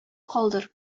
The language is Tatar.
калдыр